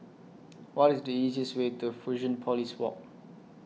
What IS The easiest Way to Fusionopolis Walk